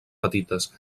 petites